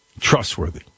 trustworthy